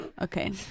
okay